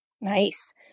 Nice